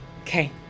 Okay